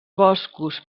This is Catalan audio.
boscos